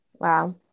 Wow